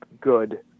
good